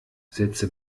setze